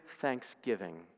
thanksgiving